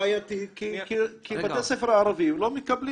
בעייתי כי בתי הספר הערבים לא מקבלים